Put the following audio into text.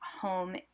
home